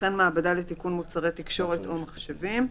וכן מעבדה לתיקון מוצרי תקשורת או מחשבים,